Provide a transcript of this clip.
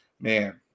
man